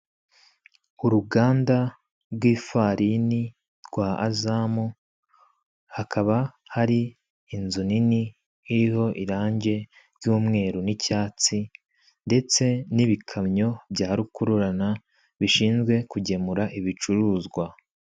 Uruganda rw'ifarini rwa Azamu, hakaba hari inzu nini iriho irangi ry'umweru n'icyatsi ndetse n'ibikamyo bya rukururana, bishinzwe kugemura ibicuruzwa.